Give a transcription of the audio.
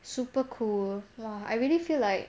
super cool !wah! I really feel like